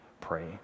pray